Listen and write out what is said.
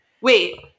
Wait